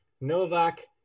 Novak